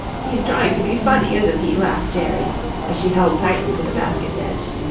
he's trying to be funny, isn't he? laughed jerry as she held tightly to the basket's edge.